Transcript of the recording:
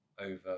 over